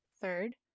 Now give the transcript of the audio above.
Third